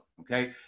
Okay